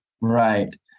Right